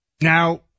Now